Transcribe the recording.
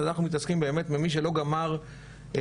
אנחנו מתעסקים באמת במי שלא גמר שתיים